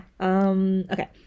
okay